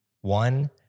one